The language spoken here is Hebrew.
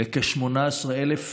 לכ-18,000